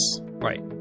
Right